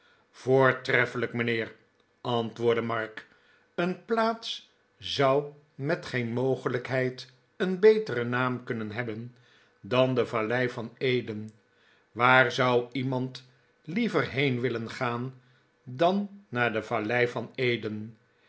voortreffelijk mijnheer antwoordde mark een plaats zou met geen mogelijkheid een beteren naam kunnen hebben dan de vallei van eden waar zou iemand liever heen willen gaan dan naar de vallei van eden